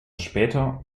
später